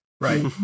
Right